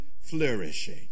flourishing